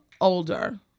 older